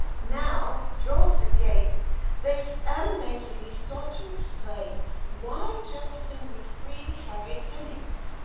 now, jawa agape they so animatedly sought to explain why jefferson would free harriet hemings.